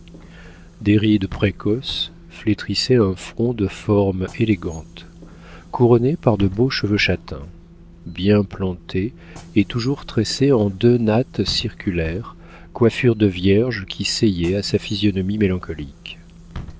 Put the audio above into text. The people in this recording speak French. des rides précoces flétrissaient un front de forme élégante couronné par de beaux cheveux châtains bien plantés et toujours tressés en deux nattes circulaires coiffure de vierge qui seyait à sa physionomie mélancolique